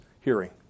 hearing